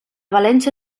valència